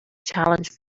challenge